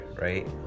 right